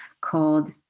called